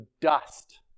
dust